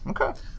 Okay